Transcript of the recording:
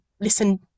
listen